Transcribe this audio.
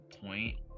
point